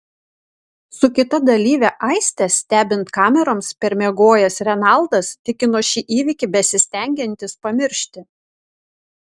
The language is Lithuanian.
su kita dalyve aiste stebint kameroms permiegojęs renaldas tikino šį įvykį besistengiantis pamiršti